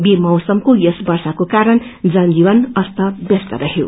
बेमौसमको यस वर्षाको कारण जनजीवन अस्तव्यस्त रहयो